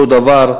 אותו דבר,